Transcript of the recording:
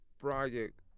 project